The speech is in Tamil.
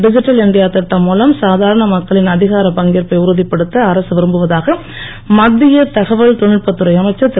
டிஜிட்டல் இண்டியா திட்டம் மூலம் சாதாரண மக்களின் அதிகாரப் பங்கேற்பை உறுதிப்படுத்த அரசு விரும்புவதாக மத்திய தகவல் தொழில்நுட்பத் துறை அமைச்சர் திரு